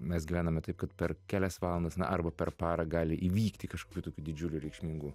mes gyvename taip kad per kelias valandas na arba per parą gali įvykti kažkokių tokių didžiulių reikšmingų